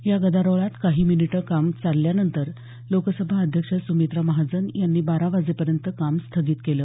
या गदारोळात काही मिनिटं काम चालल्यानंतर लोकसभा अध्यक्ष सुमित्रा महाजन यांनी बारा वाजेपर्यंत काम स्थगित केलं